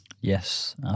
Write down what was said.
Yes